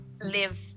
live